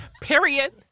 Period